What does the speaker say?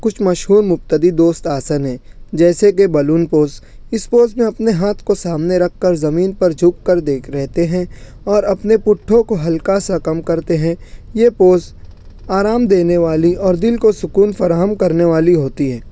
کچھ مشہور مبتدی دوست آسن ہیں جیسے کہ بلون پوز اس پوز میں اپنے ہاتھ کو سامنے رکھ کر زمین پر جھک کر دیکھ رہتے ہیں اور اپنے پٹھوں کو ہلکا سا کم کرتے ہیں یہ پوز آرام دینے والی اور دل کو سکون فراہم کرنے والی ہوتی ہے